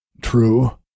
True